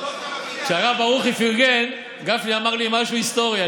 כשהרב ברוכי פרגן, גפני אמר לי משהו היסטורי.